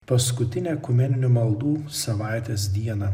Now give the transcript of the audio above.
paskutinę ekumeninių maldų savaitės dieną